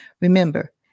Remember